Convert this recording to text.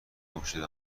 گمشده